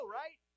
right